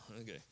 okay